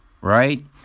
Right